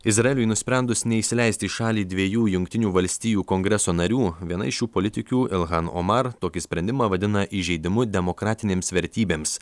izraeliui nusprendus neįsileisti į šalį dviejų jungtinių valstijų kongreso narių viena iš šių politikių ilhan omar tokį sprendimą vadina įžeidimu demokratinėms vertybėms